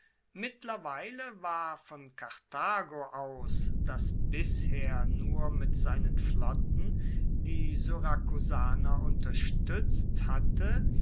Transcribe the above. mittlerweile war von karthago aus das bisher nur mit seinen flotten die syrakusaner unterstuetzt hatte